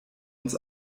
uns